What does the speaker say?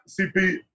CP